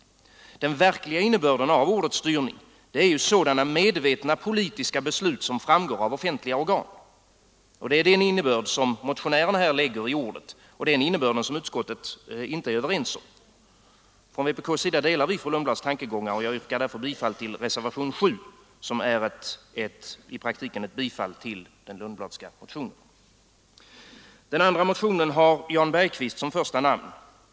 Den verkliga innebörden av ordet styrning är sådana medvetna politiska beslut som utgår från offentliga organ. Det är den innebörden som motionärerna lägger i ordet och det är den innebörden som utskottet inte är överens med dem om. Från vpk:s sida delar vi fru Lundblads tankegångar, och jag yrkar bifall till reservationen 7 som i praktiken innebär ett bifall till den Lundbladska motionen. Den andra motionen har Jan Bergqvist som första namn.